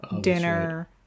dinner